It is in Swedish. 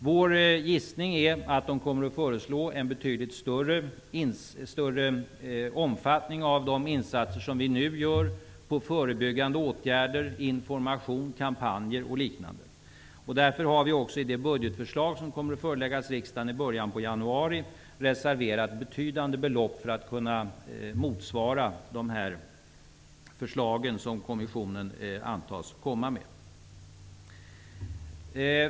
Vår gissning är att kommissionen kommer att föreslå en betydligt större omfattning av de insatser som vi nu gör i form av förebyggande åtgärder, information, kampanjer och liknande. Därför har vi också i det budgetförslag som kommer att föreläggas riksdagen i början på januari reserverat betydande belopp för att kunna motsvara de förslag som kommissionen antas lägga fram.